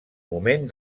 moment